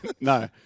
No